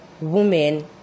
women